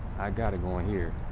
gotta go in here.